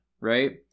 right